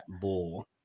bull